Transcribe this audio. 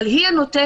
אבל היא הנותנת,